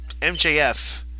MJF